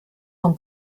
von